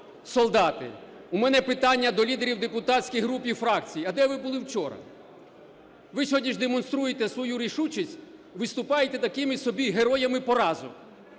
солдати. У мене питання до лідерів депутатських групі і фракцій. А де ви були вчора? Ви сьогодні ж демонструєте свою рішучість, виступаєте такими собі героями поразок.